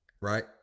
Right